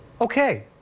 Okay